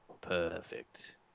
perfect